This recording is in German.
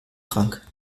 trank